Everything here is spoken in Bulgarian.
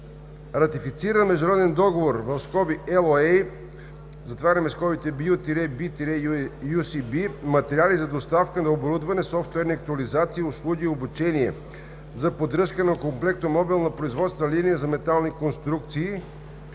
Ратифицира международен договор (LOA) BU-B-UCB, „Материали, доставка на оборудване, софтуерни актуализации, услуги и обучение за поддръжка на Комплектомобилна производствена линия за метални конструкции